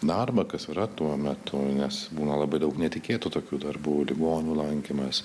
darbą kas yra tuo metu nes būna labai daug netikėtų tokių darbų ligonių lankymas